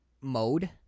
mode